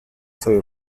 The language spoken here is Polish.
sobie